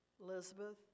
Elizabeth